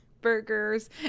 burgers